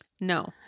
no